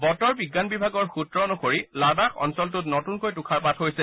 বতৰ বিজ্ঞান বিভাগৰ সূত্ৰ অনুসৰি লাডাখ অঞ্চলতো নতুনকৈ তুষাৰপাত হৈছে